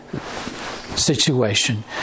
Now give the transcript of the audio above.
situation